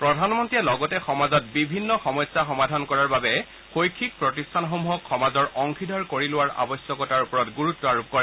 প্ৰধানমন্ত্ৰীয়ে লগতে সমাজত বিভিন্ন সমস্যা সমাধান কৰাৰ বাবে শৈক্ষিক প্ৰতিষ্ঠানসমূহক সমাজৰ অংশীদাৰ কৰি লোৱাৰ আৱশ্যকতাৰ ওপৰত গুৰুত্ব আৰোপ কৰে